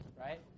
right